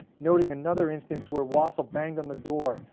noting another instance where wassel banged on the door,